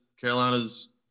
Carolina's